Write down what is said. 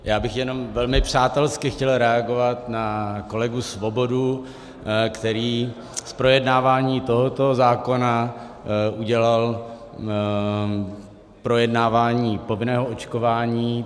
Já bych jenom velmi přátelsky chtěl reagovat na kolegu Svobodu, který z projednávání tohoto zákona udělal projednávání povinného očkování.